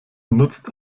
nutzt